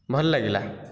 ଭଲ ଲାଗିଲା